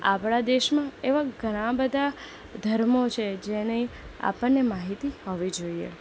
આપણા દેશમાં એવા ઘણા બધા ધર્મો છે જેની આપણને માહિતી હોવી જોઈએ